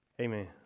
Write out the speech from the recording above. Amen